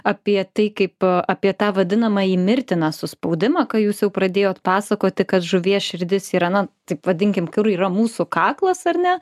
apie tai kaip apie tą vadinamąjį mirtiną suspaudimą ką jūs jau pradėjot pasakoti kad žuvies širdis yra na taip vadinkim kur yra mūsų kaklas ar ne